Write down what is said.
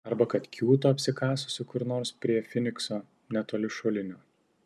arba kad kiūto apsikasusi kur nors prie finikso netoli šulinio